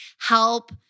help